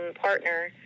partner